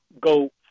go